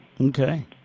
Okay